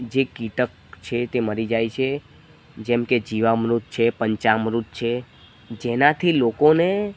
જે કીટક છે તે મરી જાય છે જેમ કે જીવામૃત છે પંચામૃત છે જેનાથી લોકોને